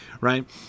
right